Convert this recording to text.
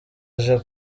aje